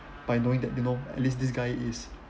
by knowing that you know at least this guy is